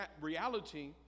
reality